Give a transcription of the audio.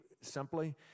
simply